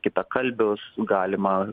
kitakalbius galima